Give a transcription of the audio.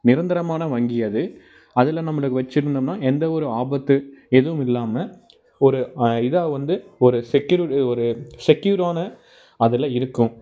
நிரந்தரமான வங்கி அது அதில் நம்ளுக்கு வச்சிருந்தோம்னா எந்த ஒரு ஆபத்து எதுவும் இல்லாமல் ஒரு இதாக வந்து ஒரு செக்யூர் ஒரு செக்யூரான அதில் இருக்கும்